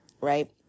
right